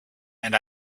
and